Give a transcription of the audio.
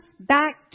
back